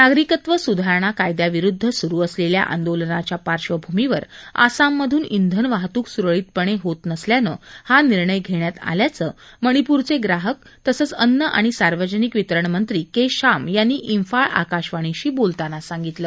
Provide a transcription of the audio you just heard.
नागरिकत्व सुधारणा कायद्याविरूद्व सुरू असलेल्या आंदोलनांच्या पार्श्वभूमीवर आसाममधून श्विनवाहतूक सुरळीतपणे होत नसल्यानं हा निर्णय घेण्यात आल्याचं मणिपूरचे ग्राहक तसंच अन्न आणि सार्वजनिक वितरण मंत्री के शाम यांनी स्फाळ आकाशवाणीशी बोलताना सांगितलं